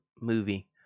movie